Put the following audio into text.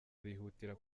bihutira